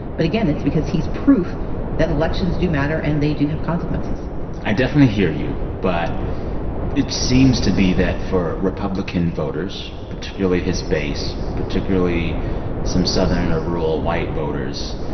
but again, it's because he's proof that elections do matter, and they do have consequences i definitely hear you, but it seems to be that for republican voters, particularly his base, particularly some southern or rural, white voters,